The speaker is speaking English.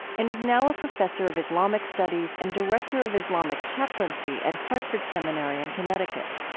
and is now a professor of islamic studies and director of islamic chaplaincy at hartford seminary in connecticut.